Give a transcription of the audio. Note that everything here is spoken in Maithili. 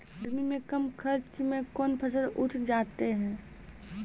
गर्मी मे कम खर्च मे कौन फसल उठ जाते हैं?